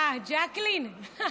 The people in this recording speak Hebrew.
ז'קלין, ז'קלין.